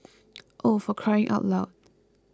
oh for crying out loud